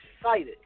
excited